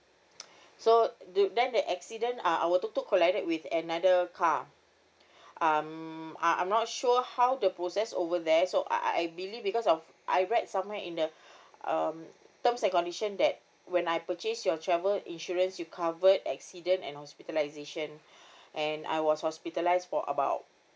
so do then the accident uh our tok tok collided with another car um uh I'm not sure how the process over there so I~ I believe because of I read somewhere in the um terms and condition that when I purchase your travel insurance you covered accident and hospitalization and I was hospitalised for about